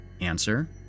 Answer